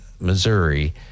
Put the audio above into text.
Missouri